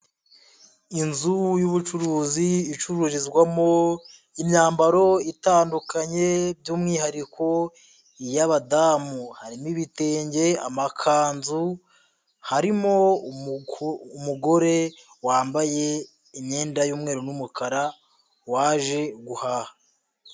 Inzu y'ubucuruzi icururizwamo imyambaro itandukanye by'umwihariko iy'abadamu, harimo ibitenge, amakanzu, harimo umugore wambaye imyenda y'umweru n'umukara waje guhaha.